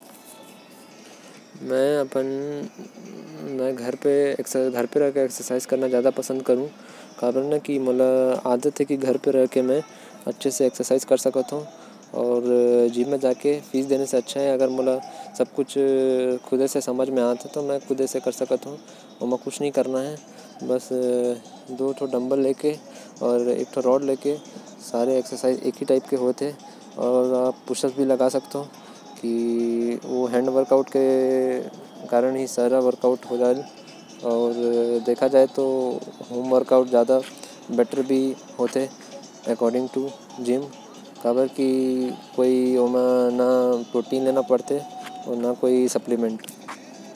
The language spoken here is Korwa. में घर पे कसरत करना पसंद करहु काहे। की मोके अकेले कसरत करे में ज्यादा अच्छा लगेल। मोर जिम के पैसा भी बचहि अउ। मोके कुछ अलग से खाये बर भी नही लेना पड़ही।